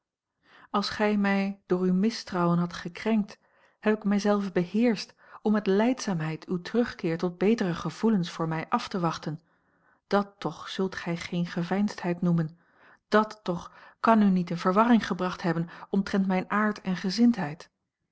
als gij mij door uw mistrouwen hadt gekrenkt heb ik mij zelven beheerscht om met lijdzaamheid uw terugkeer tot betere gevoelens voor mij af te wachten dàt toch zult gij geene geveinsdheid noemen dàt toch kan u niet in verwarring gebracht hebben omtrent mijn aard en gezindheid